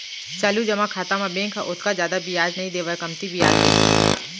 चालू जमा खाता म बेंक ह ओतका जादा बियाज नइ देवय कमती बियाज देथे